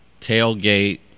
tailgate